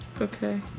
Okay